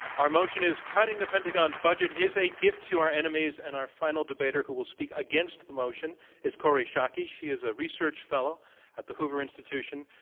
our motion is, cutting the pentagon's budget is a gift to our enemies, and our final debater who will speak against the motion is kori schake. she is a research fellow at the hoover institution.